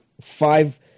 five